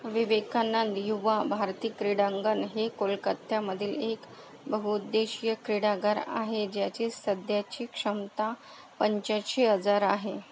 विवेकानंद युवा भारती क्रीडांगण हे कोलकत्त्यामधील एक बहुउद्देशीय क्रिडागार आहे ज्याची सध्याची क्षमता पंच्याऐंशी हजार आहे